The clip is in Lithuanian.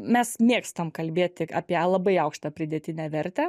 mes mėgstam kalbėti apie labai aukštą pridėtinę vertę